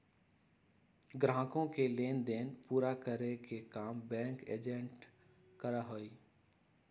ग्राहकों के लेन देन पूरा करे के काम बैंक एजेंट करा हई